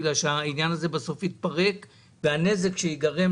בגלל שזה יכול להתפרק והנזק שייגרם